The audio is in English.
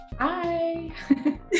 hi